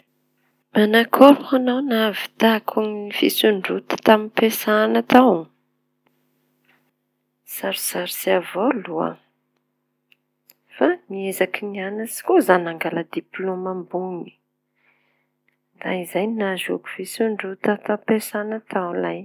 Manakory ho añao nahavitako ny fisondrota tam-piasana tao? Sarotsarotsy avao loa fa niezaky nianatsy ko za nangala dipôma ambony da izay nazoako fisondrota tam piasana tao lay.